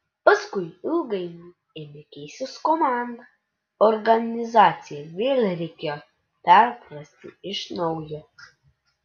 paskui ilgainiui ėmė keistis komanda organizaciją vėl reikėjo perprasti iš naujo